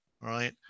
right